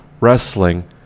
Wrestling